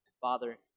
Father